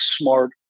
smart